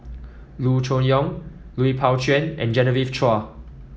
Loo Choon Yong Lui Pao Chuen and Genevieve Chua